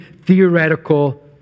theoretical